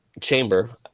chamber